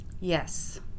yes